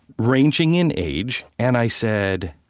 ranging in age, and i said,